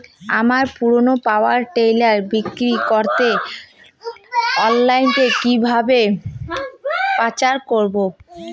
আমার পুরনো power tiller বিক্রি করাতে অনলাইনে কিভাবে প্রচার করব?